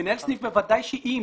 מנהל סניף, בוודאי שאם